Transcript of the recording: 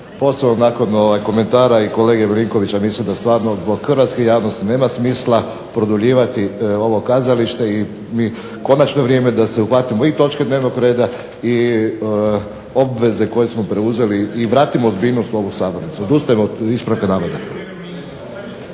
posao nakon komentara i kolege Milinkovića mislim da stvarno zbog hrvatske javnosti nema smisla produljivati ovo kazalište. I konačno je vrijeme da se uhvatimo i točke dnevnog reda i obveze koje smo preuzeli i vratimo ozbiljnost u ovu sabornicu. Odustajem od ispravka navoda.